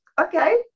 okay